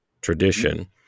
tradition